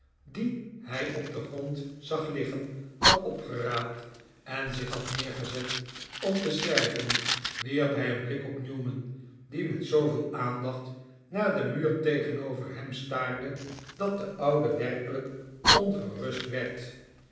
dien hij op den grond zag liggen had opgeraapt en zich had neergezet om te schrijven wierp hij een blik op newman die met zooveel aandacht naar den muur tegenover hem staarde dat de oude werkelijk ongerust werd